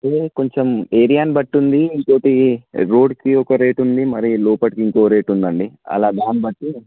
అదే కొంచెం ఏరియాని బట్టి ఉంది ఇంకోటి రోడ్కి ఒక రేట్ ఉంది మరి లోపలికి ఇంకో రేట్ ఉందండి అలా దానిబట్టి